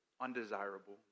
undesirable